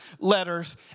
letters